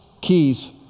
keys